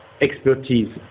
expertise